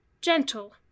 gentle